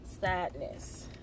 Sadness